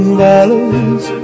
valleys